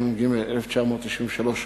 התשנ"ג 1993,